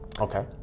Okay